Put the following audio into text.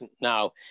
Now